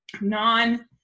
non